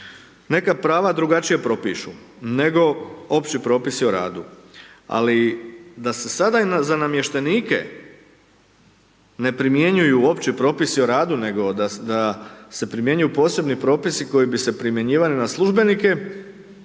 neka prava drugačije propišu, nego Opći propisi o radu, ali da se sada i za namještenike ne primjenjuju Opći propisi o radu, nego da se primjenjuju Posebni propisi koji bi se primjenjivali na službenike,